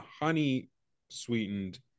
honey-sweetened